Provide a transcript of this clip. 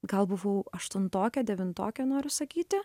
gal buvau aštuntokė devintokė noriu sakyti